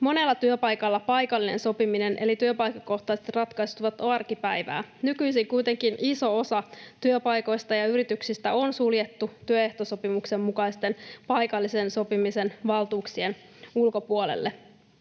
Monella työpaikalla paikallinen sopiminen eli työpaikkakohtaiset ratkaisut ovat arkipäivää. Nykyisin kuitenkin iso osa työpaikoista ja yrityksistä on suljettu työehtosopimuksen mukaisten paikallisen sopimisen valtuuksien ulkopuolelle.